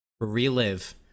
relive